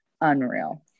unreal